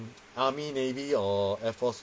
army navy or air force